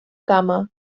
gama